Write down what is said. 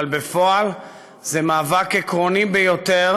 אבל בפועל זה מאבק עקרוני ביותר